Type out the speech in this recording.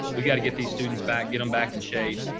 we've got to get these students back, get them back in shape.